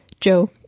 joe